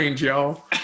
y'all